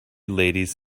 ladies